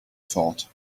thought